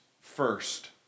first